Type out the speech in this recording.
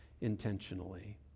intentionally